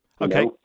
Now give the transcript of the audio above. Okay